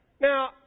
Now